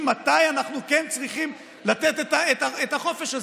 מתי אנחנו כן צריכים לתת את החופש הזה,